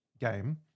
game